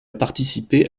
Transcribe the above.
participé